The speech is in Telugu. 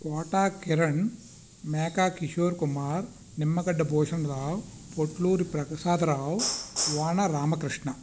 కోటా కిరణ్ మేక కిశోర్ కుమార్ నిమ్మగడ్డ భూషణరావు పొట్లూరి ప్రసాదరావు వాన రామకృష్ణ